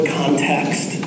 context